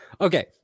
Okay